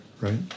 right